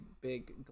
big